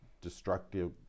destructive